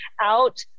out